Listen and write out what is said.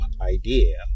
idea